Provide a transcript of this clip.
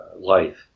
life